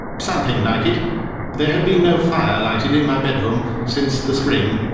something like it. there had been no fire lighted in my bedroom since the spring,